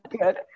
good